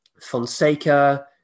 Fonseca